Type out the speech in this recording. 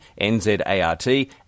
NZART